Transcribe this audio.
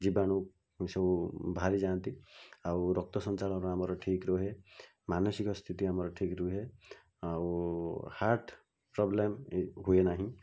ଜୀବାଣୁ ଏସବୁ ବାହାରି ଯାଆନ୍ତି ଆଉ ରକ୍ତ ସଞ୍ଚାଳନ ଆମର ଠିକ୍ ରୁହେ ମାନସିକ ସ୍ଥିତି ଆମର ଠିକ୍ ରୁହେ ଆଉ ହାର୍ଟ ପ୍ରୋବ୍ଲେମ୍ ହୁଏ ନାହିଁ